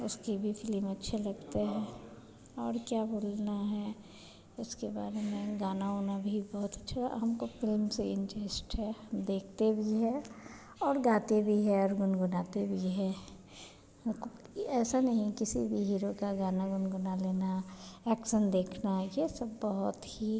उसकी भी फ़िल्म अच्छी लगती है और क्या बोलना है उसके बारे में गाना उना भी बहुत अच्छा हमको फ़िल्म से ही इन्टेरेस्ट है देखते भी हैं और गाते भी हैं और गुनगुनाते भी हैं मतलब कि ऐसा नहीं है किसी भी हीरो का गाना गुनगुना लेना एक्शन देखना यह सब बहुत ही